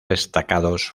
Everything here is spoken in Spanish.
destacados